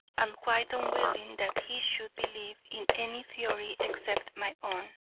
and quite unwilling that he should believe in any theory except my own.